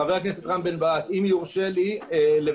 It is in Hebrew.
חבר הכנסת רם בן ברק, אם ירשה לי לבקש